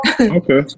okay